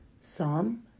Psalm